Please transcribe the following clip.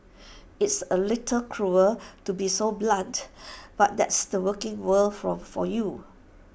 it's A little cruel to be so blunt but that's the working world from for you